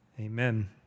Amen